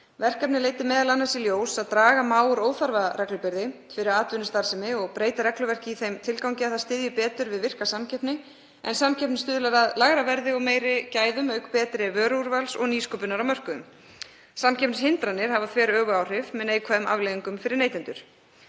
Verkefnið leiddi meðal annars í ljós að draga má úr óþarfa reglubyrði fyrir atvinnustarfsemi og breyta regluverki í þeim tilgangi að það styðji betur við virka samkeppni innan íslenskrar ferðaþjónustu en samkeppni stuðlar að lægra verði og meiri gæðum auk betra vöruúrvals og nýsköpunar á mörkuðum. Samkeppnishindranir hafa þveröfug áhrif með neikvæðum afleiðingum fyrir neytendur.